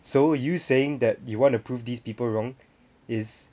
so you saying that you want to prove these people wrong is